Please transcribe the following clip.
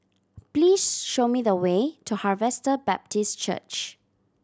please show me the way to Harvester Baptist Church